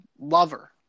lover